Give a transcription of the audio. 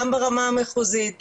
גם ברמה המחוזית,